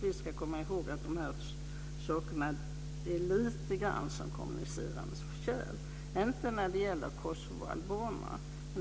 Vi ska komma ihåg att dessa saker är lite grann som kommunicerande kärl. Det gäller inte kosovoalbanerna.